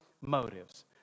motives